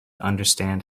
understand